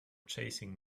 chasing